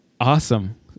Awesome